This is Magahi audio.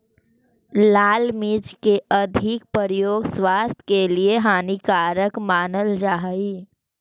लाल मिर्च के अधिक प्रयोग स्वास्थ्य के लिए हानिकारक मानल जा हइ